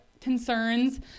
concerns